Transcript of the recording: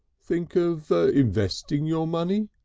think of investing your money?